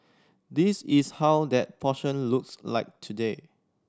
this is how that portion looks like today